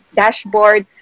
dashboard